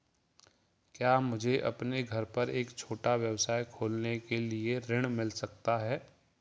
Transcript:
क्या मुझे अपने घर पर एक छोटा व्यवसाय खोलने के लिए ऋण मिल सकता है?